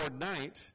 night